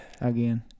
Again